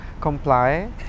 comply